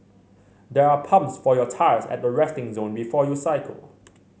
there are pumps for your tyres at the resting zone before you cycle